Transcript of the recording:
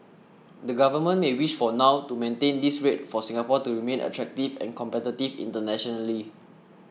the government may wish for now to maintain this rate for Singapore to remain attractive and competitive internationally